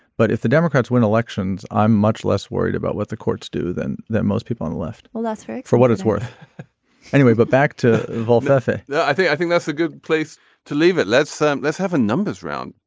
but if the democrats win elections i'm much less worried about what the courts do than that most people on the left. well that's right. for what it's worth anyway but back to involve effort yeah i think i think that's a good place to leave it. let's so let's have a numbers round.